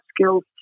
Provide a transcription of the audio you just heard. skills